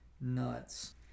nuts